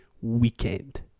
weekend